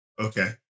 Okay